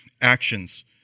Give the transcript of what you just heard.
actions